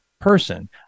person